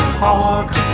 heart